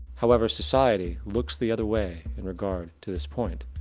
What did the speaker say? however society, looks the other way in regard to this point.